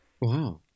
Wow